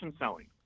selling